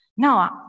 No